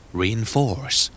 reinforce